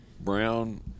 brown